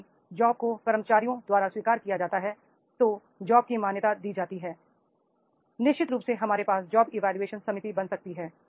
यदि जॉब को कर्मचारियों द्वारा स्वीकार किया जाता है तो जॉब को मान्यता दी जाती है निश्चित रूप से हमारे पास जॉब इवोल्यूशन समिति बन सकती है